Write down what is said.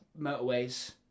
motorways